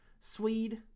Swede